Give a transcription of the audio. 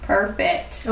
Perfect